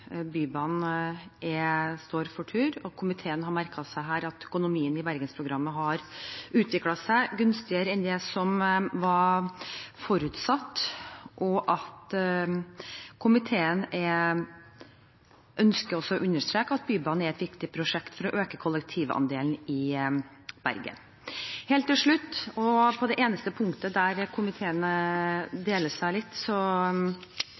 Bybanen står for tur. Komiteen har merket seg at økonomien i Bergensprogrammet har utviklet seg mer gunstig enn det som var forutsatt. Komiteen ønsker også å understreke at Bybanen er et viktig prosjekt for å øke kollektivandelen i Bergen. Helt til slutt: Det eneste punktet der komiteen deler seg,